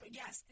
yes